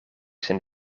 zijn